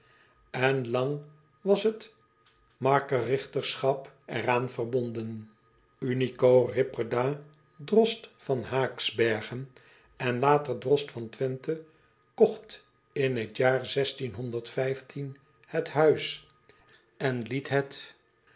en lang was het markerigterschap er aan verbonden nico ipperda drost van aaksbergen en later drost van wenthe kocht in het jaar het huis en het het